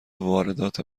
واردات